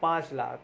પાંચ લાખ